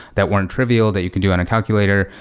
that one trivial that you can do on a calculator,